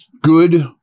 good